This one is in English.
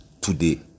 today